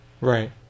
right